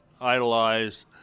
idolized